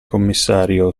commissario